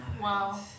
Wow